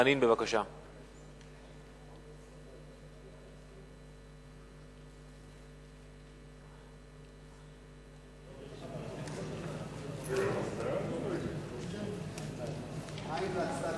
חבר הכנסת